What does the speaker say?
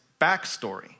backstory